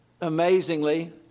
Amazingly